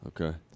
Okay